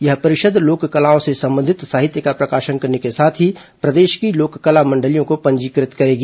यह परिषद लोक कलाओं से संबंधित साहित्य का प्रकाशन करने के साथ ही प्रदेश की लोककला मंडलियों को पंजीकृत करेगी